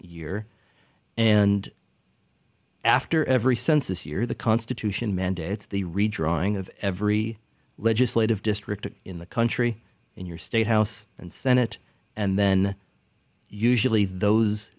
year and after every census year the constitution mandates the redrawing of every legislative district in the country in your state house and senate and then usually those